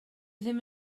ddim